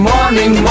Morning